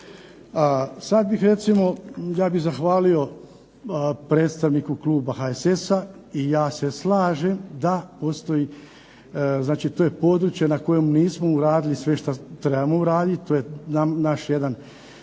to objaviti. Ja bih zahvalio predstavniku Kluba HSS-a i ja se slažem znači to je područje na kojem nismo uradili sve što smo trebali uraditi, znači to je naš jedan